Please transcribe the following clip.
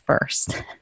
first